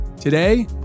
Today